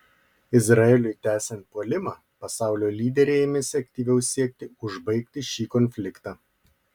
izraeliui tęsiant puolimą pasaulio lyderiai ėmėsi aktyviau siekti užbaigti šį konfliktą